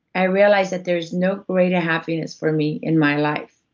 i realize that there's no greater happiness for me, in my life,